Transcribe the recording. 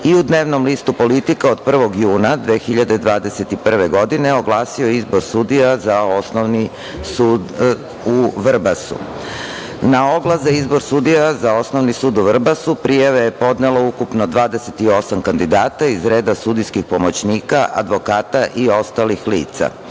i u dnevnom listu „Politika“ od 1. juna 2021. godine oglasio izbor sudija za Osnovni sud u Vrbasu. Na oglas za izbor sudija za Osnovni sud u Vrbasu prijave je podnelo ukupno 28 kandidata iz reda sudijskih pomoćnika, advokata i ostalih lica.